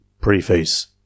Preface